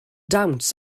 dawns